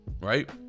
Right